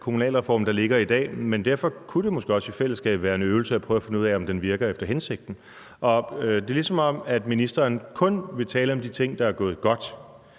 der ligger i dag. Men derfor kunne det måske også være en øvelse i fællesskab at prøve at finde ud af, om den virker efter hensigten, og det er, ligesom om ministeren kun vil tale om de ting, der er gået godt.